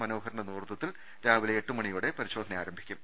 മനോഹരന്റെ നേതൃത്വത്തിൽ രാവിലെ എട്ടുമണിയോടെ പരിശോ ധന ആരംഭിക്കും